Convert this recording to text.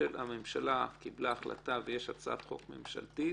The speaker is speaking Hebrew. הממשלה קיבלה החלטה ויש הצעת חוק ממשלתית,